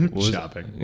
shopping